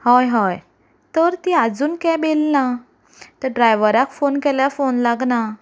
हय हय तर ती आजून कॅब येवंक ना ते ड्रायवराक फोन केल्यार फोन लागना